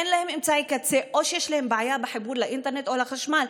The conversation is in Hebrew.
אין להם אמצעי קצה או שיש להם בעיה בחיבור לאינטרנט או לחשמל,